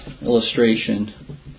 illustration